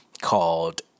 called